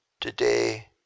today